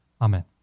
Amen